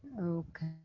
Okay